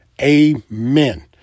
Amen